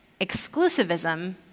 exclusivism